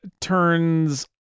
turns